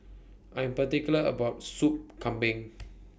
I Am particular about Sup Kambing